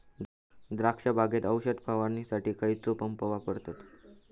द्राक्ष बागेत औषध फवारणीसाठी खैयचो पंप वापरतत?